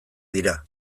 dira